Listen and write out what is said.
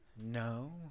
No